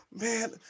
man